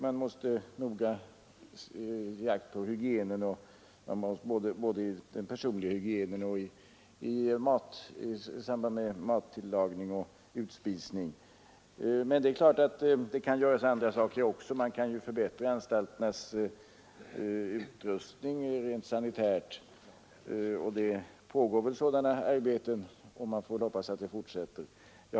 Man måste noga ge akt på hygienen, både den rent personliga och i samband med mattillagning och utspisning. Men det kan självfallet också vidtas andra åtgärder. Man kan t.ex. förbättra anstalternas utrustning rent sanitärt. Det pågår väl också sådana arbeten, och jag vill hoppas att de kommer att fortsätta.